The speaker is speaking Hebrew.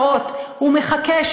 כאילו אתם לא חברים וחברות נבחרים,